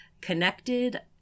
connected